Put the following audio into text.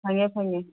ꯐꯪꯉꯦ ꯐꯪꯉꯦ